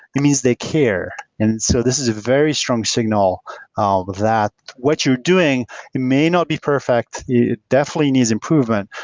it means they care, and so this is a very strong signal ah that what you're doing may not be perfect. it definitely needs improvement,